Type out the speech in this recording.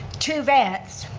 two vans.